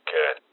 Good